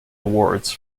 awards